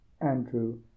Andrew